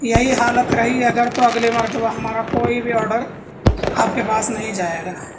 یہی حالت رہی اگر تو اگلی مرتبہ ہمارا کوئی بھی آڈر آپ کے پاس نہیں جائے گا